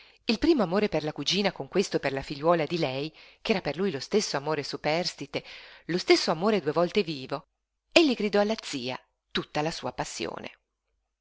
il primo amore per la cugina con questo per la figliuola di lei ch'era per lui lo stesso amore superstite lo stesso amore due volte vivo egli gridò alla zia tutta la sua passione